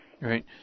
Right